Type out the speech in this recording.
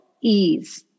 ease